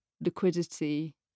liquidity